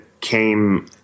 came